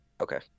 Okay